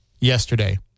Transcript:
yesterday